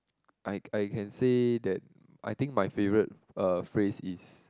I I can say that I think my favourite uh phrase is